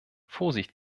vorsicht